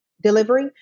delivery